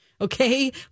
okay